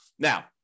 Now